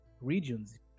regions